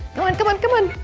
come on, come on, come on.